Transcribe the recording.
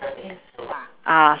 ah